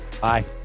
Bye